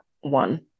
One